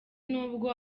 nubwo